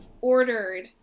ordered